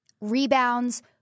rebounds